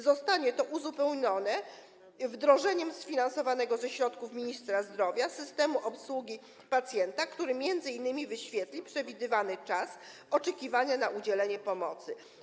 Zostanie to uzupełnione wdrożeniem sfinansowanego ze środków ministra zdrowia systemu obsługi pacjenta, który m.in. wyświetli przewidywany czas oczekiwania na udzielenie pomocy.